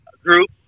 group